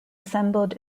assembled